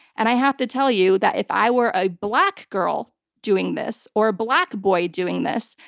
and i have to tell you that if i were a black girl doing this or black boy doing this,